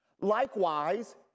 Likewise